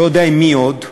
לא יודע עם מי עוד,